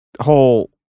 whole